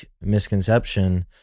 misconception